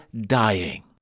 dying